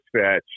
fetch